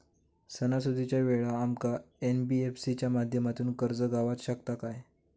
सणासुदीच्या वेळा आमका एन.बी.एफ.सी च्या माध्यमातून कर्ज गावात शकता काय?